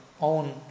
own